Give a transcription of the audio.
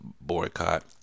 boycott